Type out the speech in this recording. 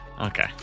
okay